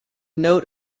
note